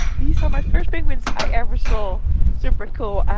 these are my first penguins i ever saw super cool!